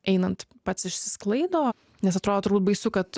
einant pats išsisklaido nes atrodo turbūt baisu kad